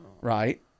right